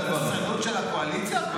אתה ראית את הדורסנות של הקואליציה הקודמת?